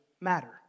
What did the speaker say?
matter